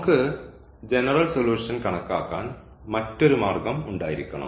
നമുക്ക് general solution കണക്കാക്കാൻ മറ്റൊരു മാർഗം ഉണ്ടായിരിക്കണം